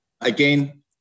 Again